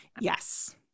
Yes